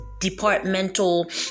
departmental